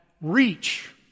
reach